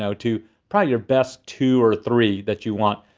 so to probably your best two or three that you want.